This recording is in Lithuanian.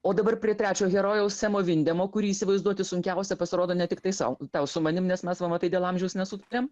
o dabar prie trečio herojaus semo vindemo kurį įsivaizduoti sunkiausia pasirodo ne tiktai sau tau su manim nes mes va matai dėl amžiaus nesutariam